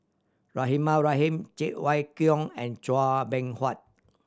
Rahimah Rahim Cheng Wai Keung and Chua Beng Huat